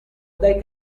dai